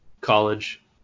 college